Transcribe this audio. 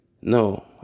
No